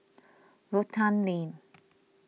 Rotan Lane